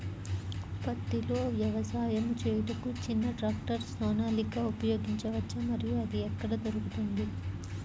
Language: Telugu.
పత్తిలో వ్యవసాయము చేయుటకు చిన్న ట్రాక్టర్ సోనాలిక ఉపయోగించవచ్చా మరియు అది ఎక్కడ దొరుకుతుంది?